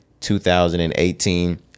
2018